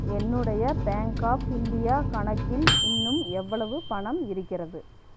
என்னுடைய bank of India கணக்கில் இன்னும் எவ்வளவு பணம் இருக்கிறது